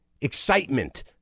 excitement